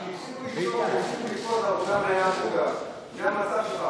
כשהפסיקו לצעוק המצב היה כשכולם צעקו,